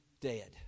dead